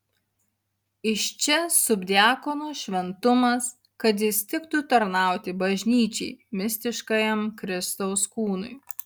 iš čia subdiakono šventumas kad jis tiktų tarnauti bažnyčiai mistiškajam kristaus kūnui